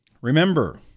Remember